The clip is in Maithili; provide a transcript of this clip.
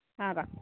हॅं रख्हो